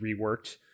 reworked